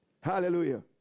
Hallelujah